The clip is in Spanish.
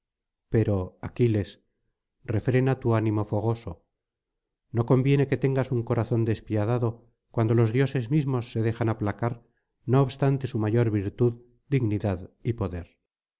pero aquiles refrena tu ánimo fogoso no conviene que tengas un corazón despiadado cuando los dioses mismos se dejan aplacar no obstante su mayor virtud dignidad y poder